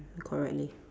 correct leh